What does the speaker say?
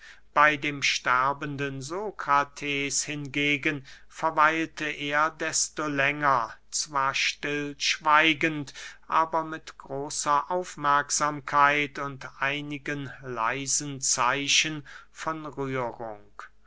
bey dem sterbenden sokrates hingegen verweilte er desto länger zwar stillschweigend aber mit großer aufmerksamkeit und einigen leisen zeichen von rührung